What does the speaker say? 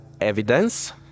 evidence